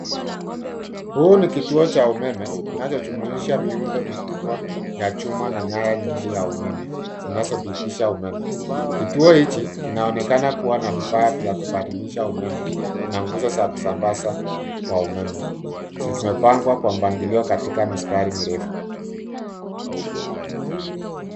Huu ni kituo cha umeme kinacho juisha muundo mikubwa ya chuma na nyaya nyingi ya umeme zinazo pitisha umeme, kituo hichi kina onekana kuwa na vifaa vya kubadilisha umeme na nguzo za kusambaza kwa umeme. Zimepangwa kwa mpangilio katika mistari mirefu.